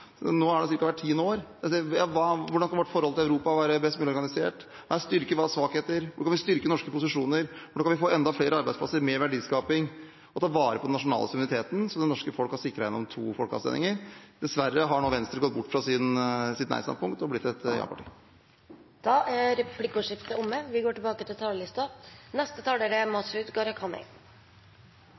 nå er det ca. hvert tiende år. Hvordan kan vårt forhold til Europa være best mulig organisert? Hva er styrker, hva er svakheter? Hvordan kan vi styrke norske posisjoner? Hvordan kan vi få enda flere arbeidsplasser, mer verdiskaping og ta vare på den nasjonale suvereniteten som det norske folk har sikret gjennom to folkeavstemninger? Dessverre har Venstre nå gått bort fra sitt nei-standpunkt og blitt et ja-parti. Replikkordskiftet er omme.